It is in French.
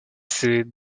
ses